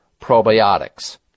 probiotics